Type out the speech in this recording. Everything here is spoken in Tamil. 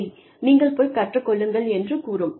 சரி நீங்கள் போய் கற்றுக் கொள்ளுங்கள் என்று கூறும்